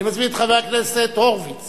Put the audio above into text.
אני מזמין את חבר הכנסת ניצן הורוביץ